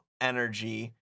energy